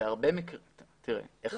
אם